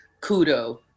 kudo